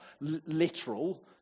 literal